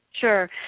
Sure